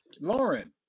Lauren